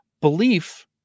Belief